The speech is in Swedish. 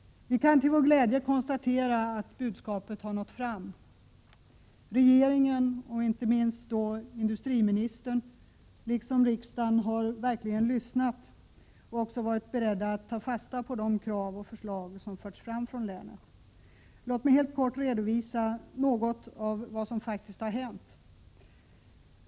Vi kan till vår glädje konstatera att budskapet har nått fram. Regeringen — inte minst industriministern — och riksdagen har verkligen lyssnat och varit beredda att ta fasta på de krav och förslag som förts fram från länet. Låt mig helt kort redovisa vad som faktiskt har hänt.